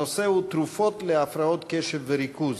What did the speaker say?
הנושא הוא: תרופות להפרעות קשב וריכוז.